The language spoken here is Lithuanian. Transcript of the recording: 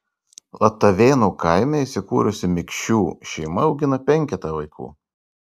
latavėnų kaime įsikūrusi mikšių šeima augina penketą vaikų